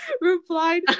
replied